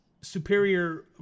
superior